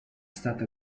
stata